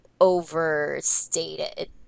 overstated